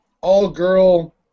all-girl